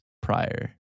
prior